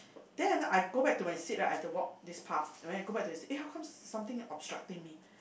then I go back to my seat right I have to walk this path and then I go back to my seat aye how come something obstructing me